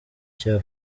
cya